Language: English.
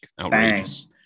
Outrageous